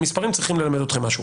המספרים צריכים ללמד אתכם משהו.